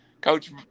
Coach